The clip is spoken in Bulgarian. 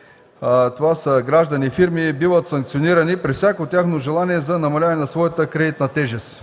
– граждани и фирми, биват санкционирани при всяко тяхно желание за намаляване на кредитната им тежест.